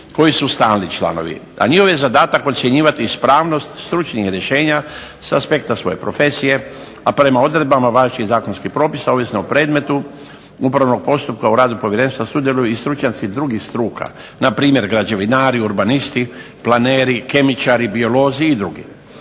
koji su stalni članovi, a njihov je zadatak ocjenjivati ispravnost stručnih rješenja s aspekta svoje profesije, a prema odredbama važećih zakonskih propisa. Ovisno o predmetu upravnog postupka u radu povjerenstva sudjeluju i stručnjaci drugih struka, npr. građevinari, urbanisti, planeri, kemičari, biolozi i drugi.